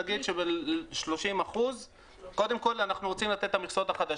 נגיד 30%. קודם כול אנחנו רוצים לתת את המכסות החדשות.